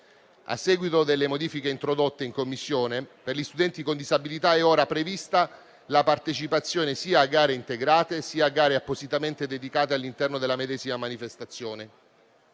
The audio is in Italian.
A seguito delle modifiche introdotte in Commissione, per gli studenti con disabilità è ora prevista la partecipazione sia a gare integrate, sia a gare appositamente dedicate all'interno della medesima manifestazione.